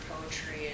poetry